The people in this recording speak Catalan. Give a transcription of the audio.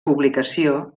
publicació